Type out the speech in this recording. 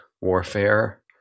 warfare